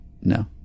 No